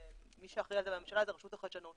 שמי שאחראי על זה בממשלה זה הרשות לחדשנות,